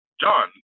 John